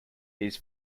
his